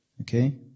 Okay